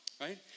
right